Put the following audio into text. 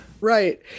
Right